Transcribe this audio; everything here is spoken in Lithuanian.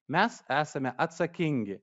mes esame atsakingi